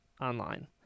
online